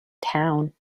town